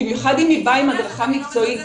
במיוחד אם באה עם הדרכה מקצועית.